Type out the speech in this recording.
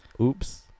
Oops